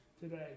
today